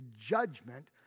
judgment